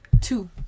two